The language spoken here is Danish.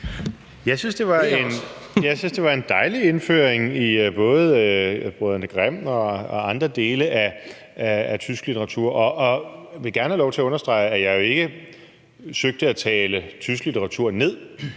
Jeg synes, det var en dejlig indføring i både brødrene Grimm og andre dele i den tyske litteratur, og jeg vil gerne have lov til at understrege, at jeg jo ikke forsøgte at tale tysk litteratur ned.